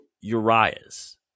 Urias